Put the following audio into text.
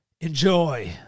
Enjoy